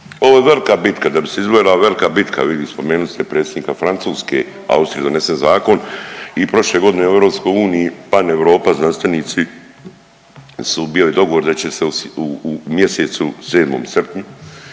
Ovo je velika bitka da bi se izvela velika bitka vi bi, spomenuli ste predsjednika Francuske, u Austriji je donesen zakon i prošle godine u EU, Paneuropa znanstvenici su, bio je dogovor da će se u mjesecu 7., srpnju,